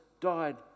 died